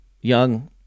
young